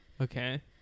okay